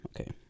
okay